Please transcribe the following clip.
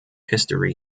history